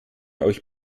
euch